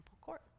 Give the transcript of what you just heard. court